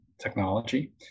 technology